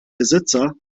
besitzer